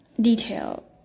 detail